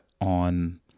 on